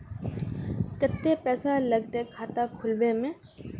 केते पैसा लगते खाता खुलबे में?